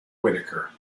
whittaker